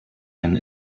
einen